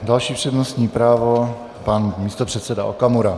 Další přednostní právo pan místopředseda Okamura.